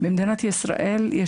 במדינת ישראל,